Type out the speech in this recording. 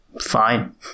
Fine